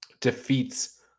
defeats